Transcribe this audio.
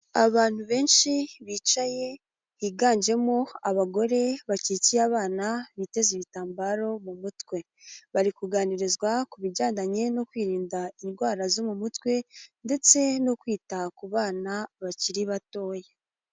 Abantu benshi bicaye higanjemo abagore bakikiye abana, biteze ibitambaro mu mutwe. Bari kuganirizwa ku bijyandanye no kwirinda indwara zo mu mutwe ndetse no kwita ku bana bakiri batoya.